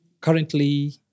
currently